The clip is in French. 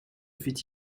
fait